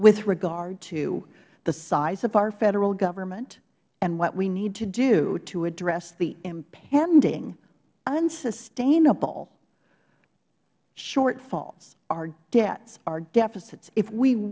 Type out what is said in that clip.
with regard to the size of our federal government and what we need to do to address the impending unsustainable shortfalls our debts our deficits if we